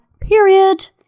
period